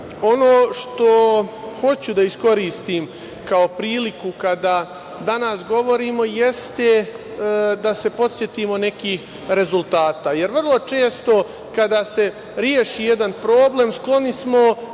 što hoću da iskoristim kao priliku kada danas govorimo jeste da se podsetimo nekih rezultata. Vrlo često kada se reši jedan problem skloni smo